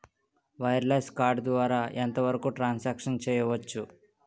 Wireless card ద్వారా ఎంత వరకు ట్రాన్ సాంక్షన్ చేయవచ్చు?